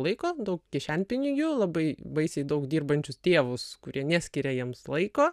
laiko daug kišenpinigių labai baisiai daug dirbančius tėvus kurie neskiria jiems laiko